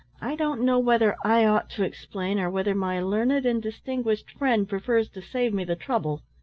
i don't know whether i ought to explain or whether my learned and distinguished friend prefers to save me the trouble.